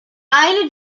aynı